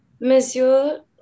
Monsieur